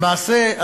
למעשה,